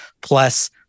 plus